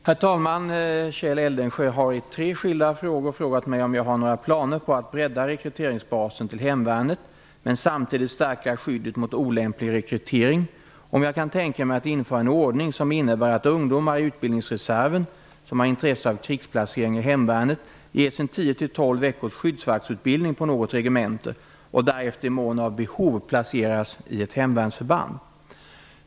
Herr talman! Kjell Eldensjö har, i tre skilda frå gor, frågat mig om jag har några planer på att bredda rekryteringsbasen till hemvärnet men samtidigt stärka skyddet mot olämplig rekrytering och om jag kan tänka mig att införa en ordning som innebär att ungdomar i utbildningsreserven som har intresse av krigsplacering i hemvärnet ges en 10--12 veckors skyddsvaktutbildning på något regemente och därefter i mån av behov placeras i ett hemvärnsförband.